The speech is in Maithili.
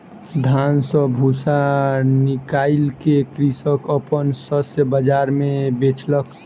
धान सॅ भूस्सा निकाइल के कृषक अपन शस्य बाजार मे बेचलक